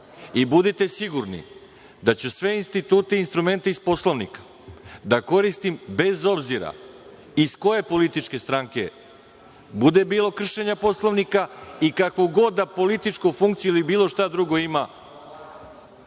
Budite sigurni da ću sve institute, instrumente iz Poslovnika da koristim bez obzira iz koje političke stranke bude bilo kršenja Poslovnika i kakvu god političku funkciju i bilo šta drugo ima